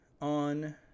on